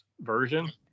version